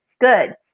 Good